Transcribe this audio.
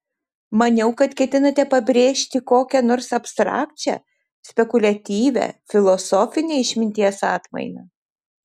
maniau kad ketinate pabrėžti kokią nors abstrakčią spekuliatyvią filosofinę išminties atmainą